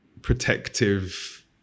protective